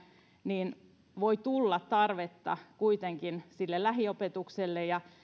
niin voi tulla tarvetta kuitenkin lähiopetukselle ja